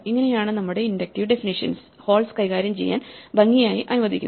ഇങ്ങനെയാണ് നമ്മുടെ inductive definitions holds കൈകാര്യം ചെയ്യാൻ ഭംഗിയായി അനുവദിക്കുന്നത്